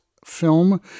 Film